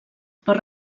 per